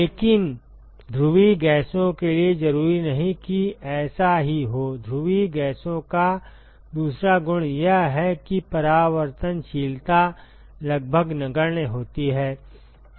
लेकिन ध्रुवीय गैसों के लिए जरूरी नहीं कि ऐसा ही होध्रुवीय गैसों का दूसरा गुण यह है कि परावर्तनशीलता लगभग नगण्य होती है